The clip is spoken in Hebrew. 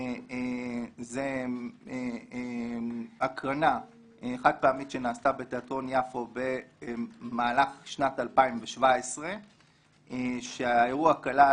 זאת הקרנה חד-פעמית שנעשתה בתיאטרון יפו במהלך שנת 2017. האירוע כלל,